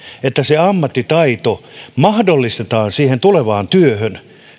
että mahdollistetaan ammattitaito siihen tulevaan työhön